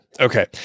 Okay